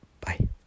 bye